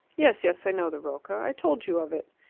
yes, yes. i know the rocca i told you of it.